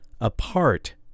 apart